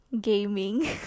gaming